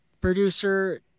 producer